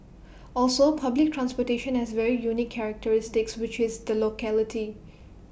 also public transportation has very unique characteristics which is the locality